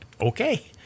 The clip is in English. Okay